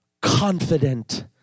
confident